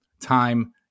time